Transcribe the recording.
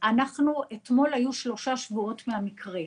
אתמול היו שלושה שבועות מהמקרה.